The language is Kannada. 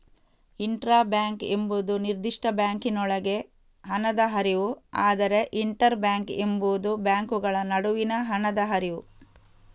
ಇಂಟ್ರಾ ಬ್ಯಾಂಕ್ ಎಂಬುದು ನಿರ್ದಿಷ್ಟ ಬ್ಯಾಂಕಿನೊಳಗೆ ಹಣದ ಹರಿವು, ಆದರೆ ಇಂಟರ್ ಬ್ಯಾಂಕ್ ಎಂಬುದು ಬ್ಯಾಂಕುಗಳ ನಡುವಿನ ಹಣದ ಹರಿವು